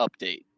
update